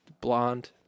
blonde